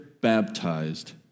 baptized